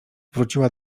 wróciła